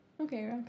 Okay